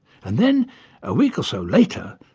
and then a week or so later,